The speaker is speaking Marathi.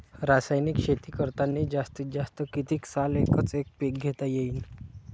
रासायनिक शेती करतांनी जास्तीत जास्त कितीक साल एकच एक पीक घेता येईन?